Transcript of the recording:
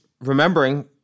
remembering